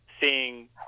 seeing